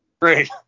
Great